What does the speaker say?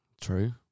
true